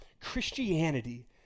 Christianity